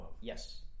Yes